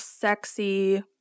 sexy